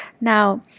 now